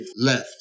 left